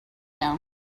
now